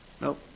Nope